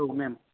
औ मेम